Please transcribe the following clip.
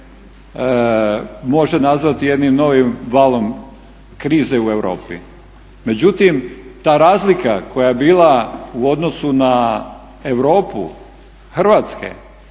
može nazvati jednim novim valom krize u Europi. Međutim ta razlika koja je bila u odnosu na Europu Hrvatske